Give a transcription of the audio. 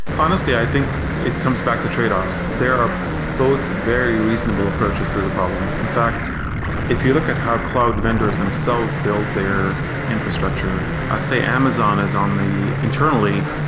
honestly, i think it comes back to trade-offs. there are both very reasonable approaches to the problem. in fact if you look at how cloud vendors themselves build their infrastructure, i'd say amazon is, um internally,